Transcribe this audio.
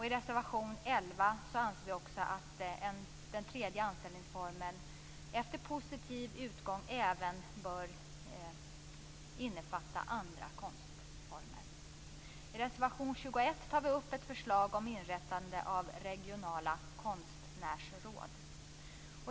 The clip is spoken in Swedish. I reservation 11 säger vi också att den tredje anställningsformen efter positiv utgång även bör innefatta andra konstformer. I reservation 21 tar vi upp ett förslag om inrättande av regionala konstnärsråd.